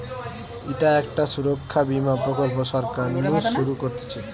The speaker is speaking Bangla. ইটা একটা সুরক্ষা বীমা প্রকল্প সরকার নু শুরু করতিছে